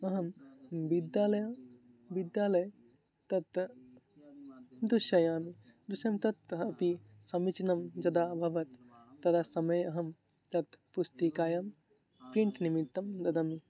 अहं विद्यालयं विद्यालयं तत् दर्शयामि दृश्यं तत् अपि समीचीनं यदा अभवत् तदा समये अहं तत् पुस्तकं प्रिण्ट् निमित्तं ददामि